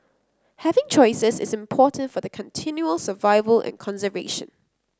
having choices is important for their continual survival and conservation